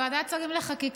בוועדת השרים לחקיקה,